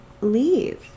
leave